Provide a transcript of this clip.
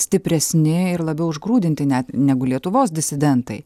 stipresni ir labiau užgrūdinti net negu lietuvos disidentai